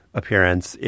appearance